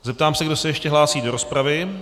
Zeptám se, kdo se ještě hlásí do rozpravy.